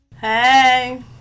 Hey